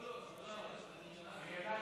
לא ,לא, אז הוא עלה, אני ידעתי שתגיד.